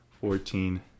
fourteen